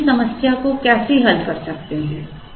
अब हम इस समस्या को कैसे हल करते हैं